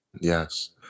Yes